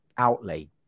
Outlay